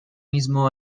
mismo